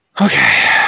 Okay